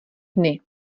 dny